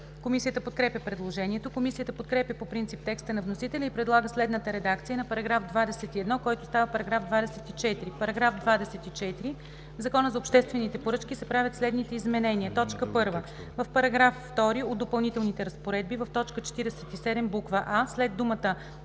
Комисията подкрепя предложението. Комисията подкрепя по принцип текста на вносителя и предлага следната редакция на § 21, който става § 24: „§ 24. В Закона за обществените поръчки се правят следните изменения: 1. В § 2 от Допълнителните разпоредби, в т. 47, буква „а“ след думата